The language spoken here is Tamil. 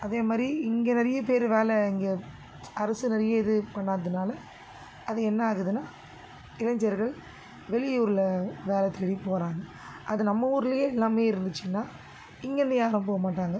அதேமாதிரி இங்கே நிறைய பேர் வேலை இங்கே அரசு நிறைய இது பண்ணாததனால அது என்ன ஆகுதுன்னா இளைஞர்கள் வெளியூர்ல வேலை தேடி போகிறாங்க அது நம்ம ஊர்லையே எல்லாமே இருந்துச்சின்னால் இங்கே இருந்து யாரும் போக மாட்டாங்கள்